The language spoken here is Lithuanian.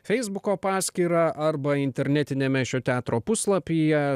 feisbuko paskyrą arba internetiniame šio teatro puslapyje